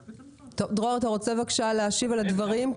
דרור, אתה רוצה להשיב לדברים?